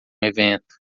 evento